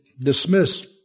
dismiss